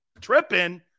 Tripping